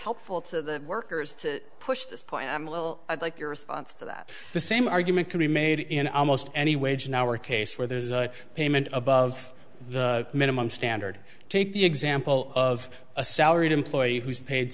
helpful to the workers to push this point i'm a little like your response to that the same argument could be made in almost any wage in our case where there's a payment above the minimum standard take the example of a salaried employee who's paid